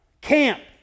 camp